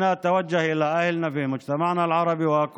(אומר דברים בשפה הערבית, להלן תרגומם: